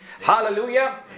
Hallelujah